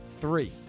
Three